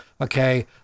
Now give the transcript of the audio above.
Okay